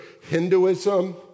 Hinduism